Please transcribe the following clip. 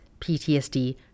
PTSD